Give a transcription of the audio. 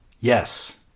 Yes